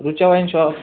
Richa wine shop